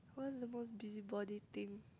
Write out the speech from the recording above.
what's the most busybody thing